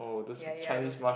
ya ya those